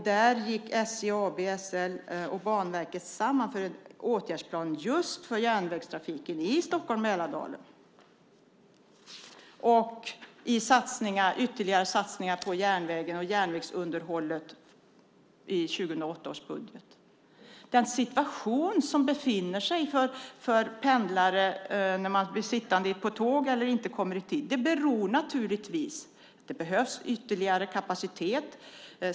Där gick SJ, SL och Banverket samman för en åtgärdsplan just för järnvägstrafiken i Stockholm-Mälardalen. Ytterligare satsningar på järnvägen och järnvägsunderhållet görs i 2008 års budget. Den situation som råder för pendlare och som gör att resenärer blir sittande på tågen eller att tågen inte kommer i tid beror naturligtvis på att det saknas kapacitet. Det behövs ytterligare kapacitet.